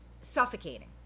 suffocating